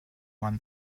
won